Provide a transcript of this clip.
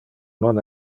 non